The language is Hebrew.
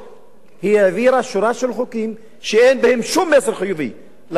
היא העבירה שורה של חוקים שאין בהם שום מסר חיובי לאזרחים הערבים.